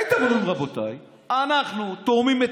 הייתם אומרים: רבותיי, אנחנו תורמים את